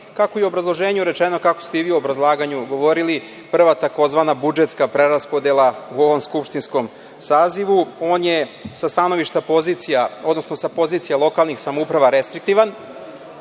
kako je u obrazloženju rečeno, kako ste i vi u obrazlaganju govorili, prva takozvana budžetska preraspodela u ovom skupštinskom sazivu. On je sa stanovišta pozicija, odnosno sa pozicija lokalnih samouprava restriktivan